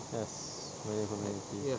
yes malay community